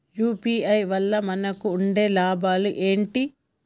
UPI వల్ల మనకు ఉండే లాభాలు ఏంటి?